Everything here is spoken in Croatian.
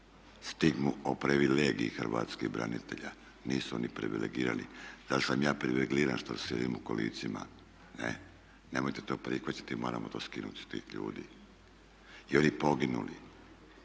stigmu o privilegiji hrvatskih branitelja, nisu oni privilegirani, zar sam ja privilegiran što sjedim u kolicima? E, nemojte to koristiti moramo to skinuti s tih ljudi. I onih poginulih.